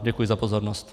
Děkuji za pozornost.